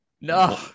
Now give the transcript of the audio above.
No